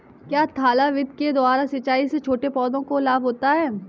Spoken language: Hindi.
क्या थाला विधि के द्वारा सिंचाई से छोटे पौधों को लाभ होता है?